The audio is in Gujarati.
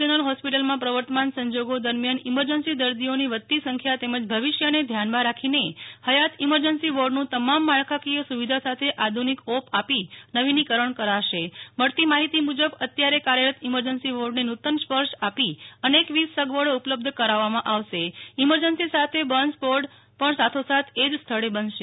જનરલ હોસ્પિટલમાં પ્રવર્તમાન સંજોગો દરમિયાન ઈમરજન્સી દર્દીઓની વધતી ૈસંખ્યા તેમજ ભવિષ્યને ધ્યાનમાં રાખીને હયાત ઈમરજન્સી વોર્ડનું તમામ માળખોકીય સુ વિધા સાથે આધુ નિક ઓપ આપી નવીનીકરણ કરાશ્રે મળતી માહિતી મુજબ અત્યારે કાર્યરત ઈમરજન્સી વોર્ડને નુ તન સ્પર્શ આપી અનેકવિધ સગવડી ઉપલબ્ધ કરાવવામાં આવશે ઈમરજન્સી સાથે બર્ન્સ વોર્ડ પણ સાથીસાથ એ જ સ્થળે બનશે